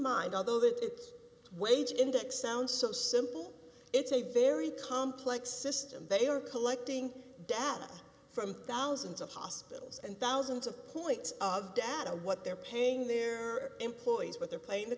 mind although that it's wage index sounds so simple it's a very complex system they are collecting data from thousands of hospitals and thousands of points of data what they're paying their employees what they're playing the